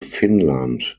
finnland